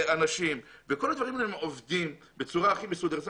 כל הדברים האלה עובדים בצורה הכי מסודרת.